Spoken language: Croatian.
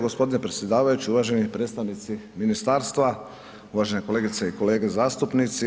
Gospodine predsjedavajući, uvaženi predstavnici ministarstva, uvažene kolegice i kolege zastupnici.